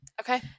Okay